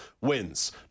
wins